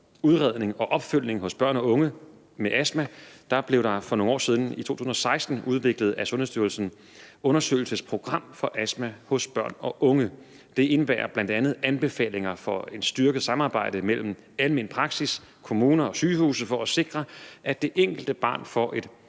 udredning og opfølgning hos børn og unge med astma blev der af Sundhedsstyrelsen for nogle år siden i 2016 udviklet et undersøgelsesprogram for astma hos børn og unge. Det indebærer bl.a. anbefalinger for et styrket samarbejde mellem almen praksis, kommuner og sygehuse for at sikre, at det enkelte barn får et